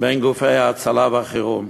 בין גופי ההצלה והחירום.